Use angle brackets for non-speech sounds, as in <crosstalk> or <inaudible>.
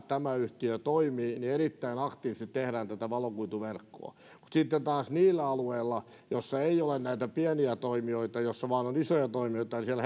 tämä yhtiö toimii tehdään erittäin aktiivisesti tätä valokuituverkkoa mutta sitten taas niillä alueilla joissa ei ole näitä pieniä toimijoita joissa vain on isoja toimijoita niin siellä <unintelligible>